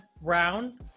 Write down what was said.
round